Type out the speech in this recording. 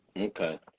Okay